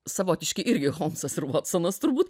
savotiški irgi holmsas votsonas turbūt